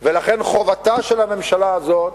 ולכן, חובתה של הממשלה הזאת,